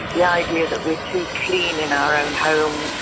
yeah idea that we're too clean in our own home,